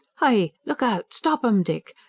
hi, look out, stop em, dick!